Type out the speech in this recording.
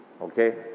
Okay